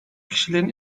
kişilerin